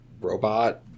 robot